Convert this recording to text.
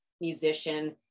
musician